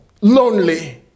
lonely